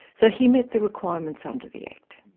so he met the requirements under the act.